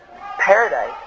paradise